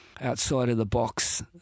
outside-of-the-box